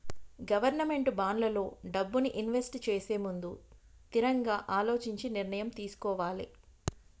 government బాండ్లల్లో డబ్బుని invest చేసేముందు తిరంగా అలోచించి నిర్ణయం తీసుకోవాలే